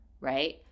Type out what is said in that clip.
Right